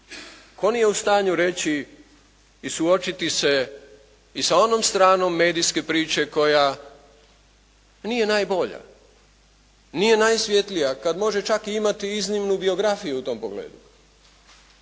Tko nije u stanju reći i suočiti se i sa onom stranom medijske priče koja nije najbolja, nije najsvjetlija, kad može čak i imati iznimnu biografiju u tom pogledu?